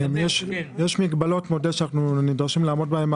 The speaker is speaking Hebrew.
יש מגבלות מודל שאנו נדרשים לעמוד בהם,